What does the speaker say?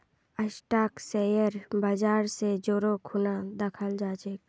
stock share बाजर स जोरे खूना दखाल जा छेक